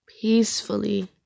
peacefully